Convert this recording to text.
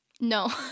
No